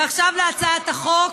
ועכשיו להצעת החוק.